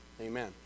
amen